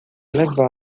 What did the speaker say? levá